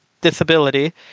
disability